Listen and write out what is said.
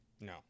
No